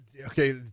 okay